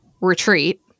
retreat